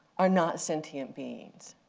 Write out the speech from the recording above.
are not sentient beings.